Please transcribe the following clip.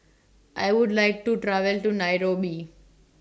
I Would like to travel to Nairobi